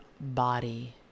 body